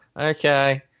Okay